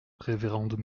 révérende